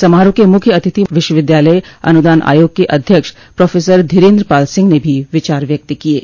समारोह के मुख्य अतिथि विश्वविद्यालय अनुदान आयोग के अध्यक्ष प्रोफसर धोरेन्द्र पाल सिंह ने भी विचार व्यक्त किये